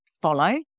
follow